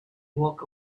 walk